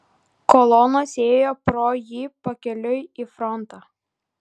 kolonos ėjo pro jį pakeliui į frontą